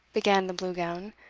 began the blue-gown,